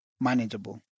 manageable